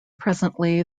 presently